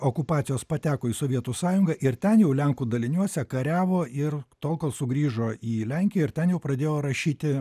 okupacijos pateko į sovietų sąjungą ir ten jau lenkų daliniuose kariavo ir tol kol sugrįžo į lenkiją ir ten jau pradėjo rašyti